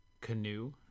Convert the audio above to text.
canoe